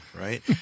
right